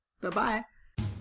Bye-bye